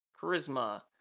charisma